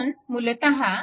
म्हणून मूलतः